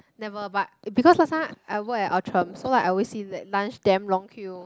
never but because last time I work Outram so I always see that lunch damn long queue